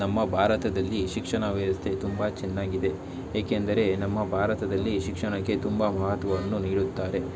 ನಮ್ಮ ಭಾರತದಲ್ಲಿ ಶಿಕ್ಷಣ ವ್ಯವಸ್ಥೆ ತುಂಬ ಚೆನ್ನಾಗಿದೆ ಏಕೆಂದರೆ ನಮ್ಮ ಭಾರತದಲ್ಲಿ ಶಿಕ್ಷಣಕ್ಕೆ ತುಂಬ ಮಹತ್ವವನ್ನು ನೀಡುತ್ತಾರೆ